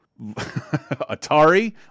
atari